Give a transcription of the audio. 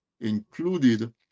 included